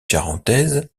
charentaises